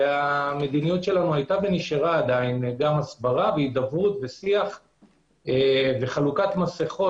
והמדיניות שלנו היתה ונשארה גם הסברה והידברות ושיח וחלוקת מסכות.